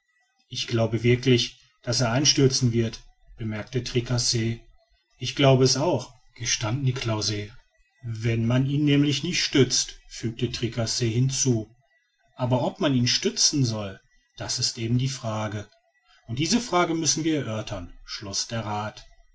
ich glaube wirklich daß er einstürzen wird bemerkte tricasse ich glaube es auch gestand niklausse wenn man ihn nämlich nicht stützt fügte tricasse hinzu aber ob man ihn stützen soll das ist eben die frage und diese frage müssen wir erörtern schloß der rath